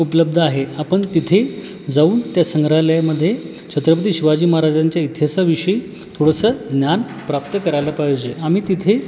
उपलब्ध आहे आपण तिथे जाऊन त्या संग्रालयामध्ये छत्रपती शिवाजी महाराजांच्या इतिहासाविषयी थोडंसं ज्ञान प्राप्त करायला पाहिजे आम्ही तिथे